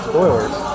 Spoilers